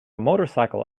motorcycle